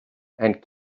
and